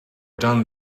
done